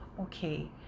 okay